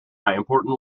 important